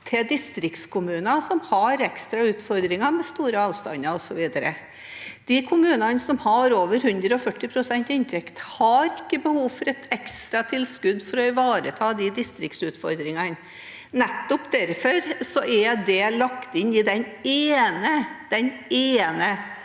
distriktskommuner som har ekstra utfordringer med store avstander, etc. De kommunene som har over 140 pst. inntekt, har ikke behov for et ekstra tilskudd for å ivareta de distriktsutfordringene. Nettopp derfor er det lagt inn i det ene